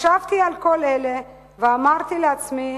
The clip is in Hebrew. חשבתי על כל אלה ואמרתי לעצמי